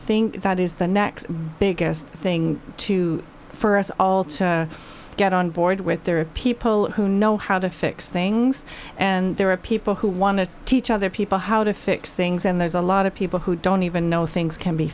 think that is the next biggest thing too for us all to get on board with there are people who know how to fix things and there are people who want to teach other people how to fix things and there's a lot of people who don't even know things can be